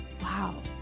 wow